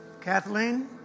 Kathleen